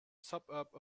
suburb